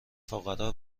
فقرا